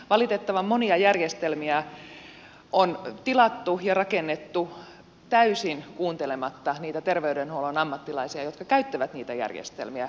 valitettavan monia järjestelmiä on tilattu ja rakennettu täysin kuuntelematta niitä terveydenhuollon ammattilaisia jotka käyttävät niitä järjestelmiä